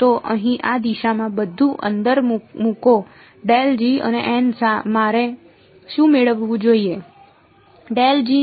તો અહીં આ દિશામાં બધું અંદર મૂકો અને મારે શું મેળવવું જોઈએ